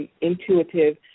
intuitive